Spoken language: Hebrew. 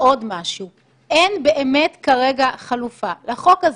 אין כרגע באמת חלופה לחוק הזה.